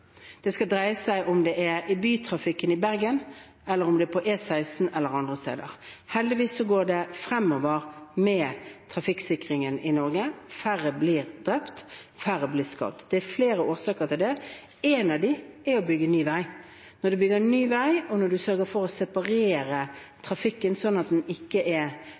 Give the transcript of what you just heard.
seg om bytrafikken i Bergen, på E16 eller andre steder. Heldigvis går det fremover med trafikksikringen i Norge. Færre blir drept. Færre blir skadd. Det er flere årsaker til det. Én av dem er at det er bygd nye veier. Når man bygger ny vei, må man sørge for å separere trafikken, slik at den ikke møtes – det er